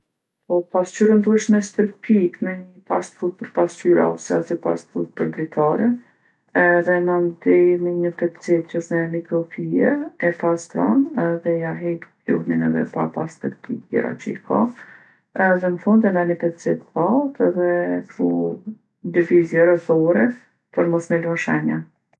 Po pasqyrën duhesh me stërpikë me ni pastrus për pasqyra ose asi pastrus për dritare edhe mandej me një pecetë që është me mikrofije e pastron edhe ja hek pluhnin edhe papastërtitë tjera që i ka. Edhe n'fund e merr ni pecetë t'thatë edhe kshu n'lëvizje rrethore për mos me lon shenja.